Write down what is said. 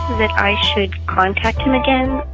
that i should contact him again.